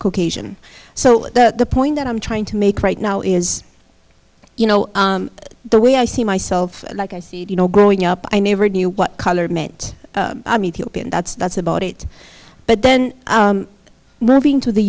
look asian so the point that i'm trying to make right now is you know the way i see myself like i said you know growing up i never knew what color meant i mean that's that's about it but then moving to the